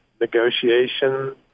negotiation